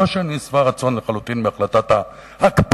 לא שאני שבע רצון לחלוטין מהחלטת ההקפאה,